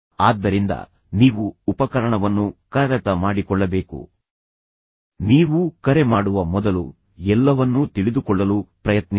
ಆದ್ದರಿಂದ ಈ ವಿಷಯಗಳನ್ನು ನೀವು ಅಭ್ಯಾಸ ಮಾಡಬೇಕು ಮತ್ತು ನೀವು ಉಪಕರಣವನ್ನು ಕರಗತ ಮಾಡಿಕೊಳ್ಳಬೇಕು ನೀವು ಕರೆ ಮಾಡುವಾಗ ಅಲ್ಲ ಆದರೆ ಕರೆ ಮಾಡುವ ಮೊದಲು ಎಲ್ಲವನ್ನೂ ತಿಳಿದುಕೊಳ್ಳಲು ಪ್ರಯತ್ನಿಸಿ